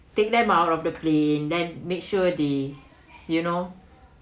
take them out of the plane then make sure the you know